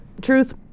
Truth